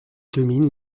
domine